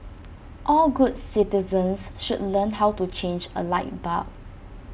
all good citizens should learn how to change A light bulb